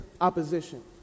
opposition